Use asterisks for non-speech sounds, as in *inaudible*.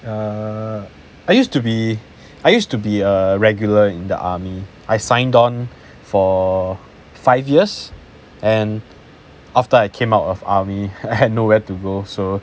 err I used to be I used to be a regular in the army I signed on for five years and after I came out of army *laughs* I had nowhere to go so